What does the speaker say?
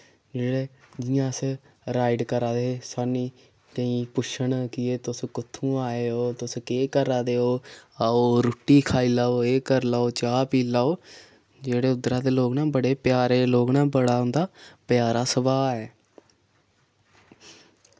जेह्ड़े जि'यां अस राइड करा दे हे साह्नूं केईं पुच्छन कि एह् तुस कुत्थुआं आए ओ तुस केह् करा दे ओ आओ रुट्टी खाई लाओ एह् कर लैओ चाह् पी लाओ जेह्ड़े उद्धरा दे लोक न बड़े प्यारे लोक न बड़ा उं'दा प्यार सुभाऽ ऐ